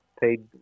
paid